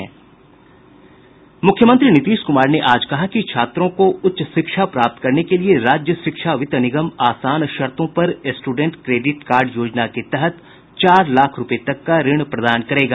मुख्यमंत्री नीतीश कुमार ने आज कहा कि छात्रों को उच्च शिक्षा प्राप्त करने के लिए राज्य शिक्षा वित्त निगम आसान शर्तों पर स्टूडेंट क्रेडिट कार्ड योजना के तहत चार लाख रुपये तक का ऋण प्रदान करेगा